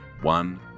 one